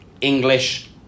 English